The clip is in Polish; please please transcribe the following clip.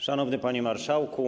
Szanowny Panie Marszałku!